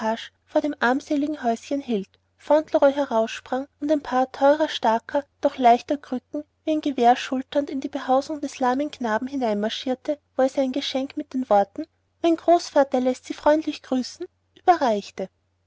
vor dem armseligen häuschen hielt fauntleroy heraussprang und ein paar neuer starker und doch leichter krücken wie ein gewehr schulternd in die behausung des lahmen knaben hineinmarschierte wo er sein geschenk mit den worten mein großvater läßt sie freundlich grüßen überreichte